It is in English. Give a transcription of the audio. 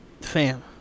fam